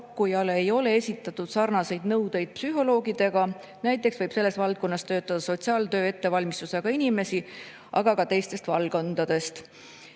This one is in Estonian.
ei ole esitatud sarnaseid nõudeid nagu psühholoogidele, näiteks võib selles valdkonnas töötada sotsiaaltöötaja ettevalmistusega inimesi, aga ka teistest valdkondadest